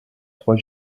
trois